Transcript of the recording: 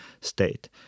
state